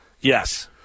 Yes